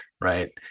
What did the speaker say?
right